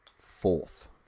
Fourth